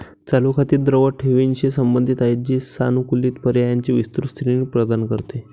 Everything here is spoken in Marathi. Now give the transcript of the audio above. चालू खाती द्रव ठेवींशी संबंधित आहेत, जी सानुकूलित पर्यायांची विस्तृत श्रेणी प्रदान करते